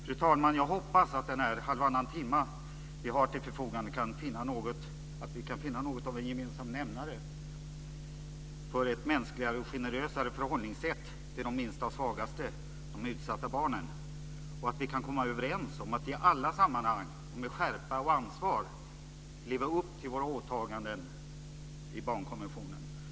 Fru talman! Jag hoppas att vi under den tid, halvannan timme, som vi har till förfogande kan finna något av en gemensam nämnare för ett mänskligare och generösare förhållningssätt till de minsta och svagaste, de utsatta barnen, och att vi kan komma överens om att i alla sammanhang med skärpa och ansvar leva upp till våra åtaganden i barnkonventionen.